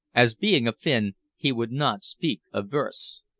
as being a finn he would not speak of versts.